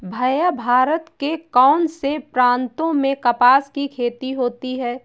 भैया भारत के कौन से प्रांतों में कपास की खेती होती है?